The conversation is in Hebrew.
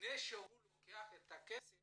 לפני שהוא לוקח את הכסף